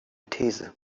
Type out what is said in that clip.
these